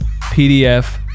PDF